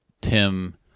Tim